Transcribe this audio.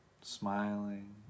smiling